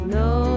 no